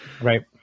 Right